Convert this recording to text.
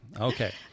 Okay